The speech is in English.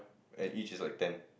and each is like ten